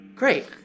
Great